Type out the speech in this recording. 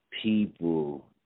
people